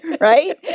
Right